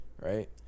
right